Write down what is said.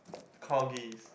corgis